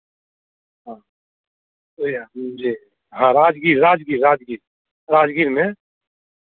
हाँ जी हाँ राजगीर राजगीर राजगीर राजगीर में